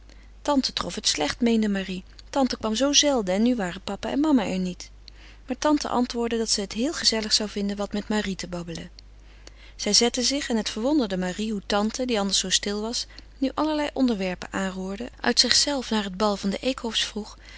tante trof het slecht meende marie tante kwam zoo zelden en nu waren papa en mama er niet maar tante antwoordde dat ze het heel gezellig zou vinden wat met marie te babbelen zij zette zich en het verwonderde marie hoe tante die anders zoo stil was nu allerlei onderwerpen aanroerde uit zichzelve naar het bal van de eekhofs vroeg